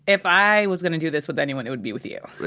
if i was gonna do this with anyone, it would be with you.